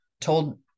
told